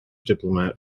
diplomat